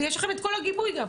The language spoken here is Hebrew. יש לכם את כל הגיבוי גם.